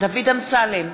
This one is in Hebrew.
דוד אמסלם,